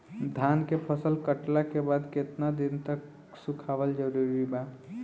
धान के फसल कटला के बाद केतना दिन तक सुखावल जरूरी बा?